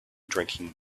drinking